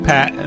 Pat